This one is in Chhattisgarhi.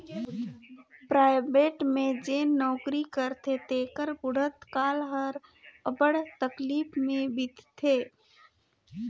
पराइबेट में जेन नउकरी करथे तेकर बुढ़त काल हर अब्बड़ तकलीफ में बीतथे